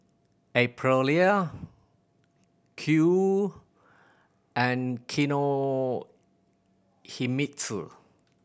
Aprilia Qoo and Kinohimitsu